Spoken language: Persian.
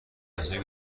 کسایی